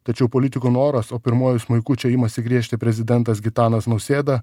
tačiau politikų noras o pirmuoju smuiku čia imasi griežti prezidentas gitanas nausėda